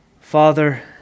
Father